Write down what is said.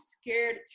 scared